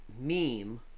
meme